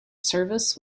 service